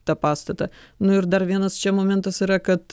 tą pastatą nu ir dar vienas čia momentas yra kad